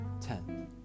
Ten